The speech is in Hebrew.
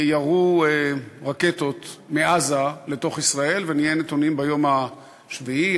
ייָרו רקטות מעזה לתוך ישראל ונהיה נתונים ביום השביעי,